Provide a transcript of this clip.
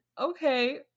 okay